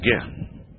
again